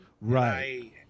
Right